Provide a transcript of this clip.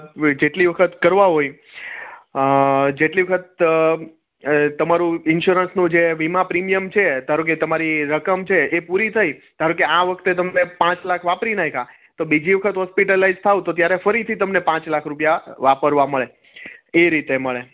જેટલી વખત કરવા હોય જેટલી વખત તમારું ઇન્સ્યોરન્સનું જે વીમા પ્રીમિયમ છે ધારો કે તમારી રકમ છે એ પૂરી થઈ ધારો કે આ વખતે તમે પાંચ લાખ વાપરી નાખ્યા તઓ બીજી વખત હોસ્પિટાલાઈસ થાવ તો ત્યારે ફરીથી તમને પાંચ લાખ રૂપિયા વાપરવા મળે એ રીતે મળે